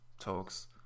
talks